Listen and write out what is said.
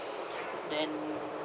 then